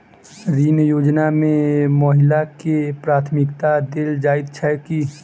ऋण योजना मे महिलाकेँ प्राथमिकता देल जाइत छैक की?